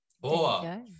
Boa